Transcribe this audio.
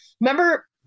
Remember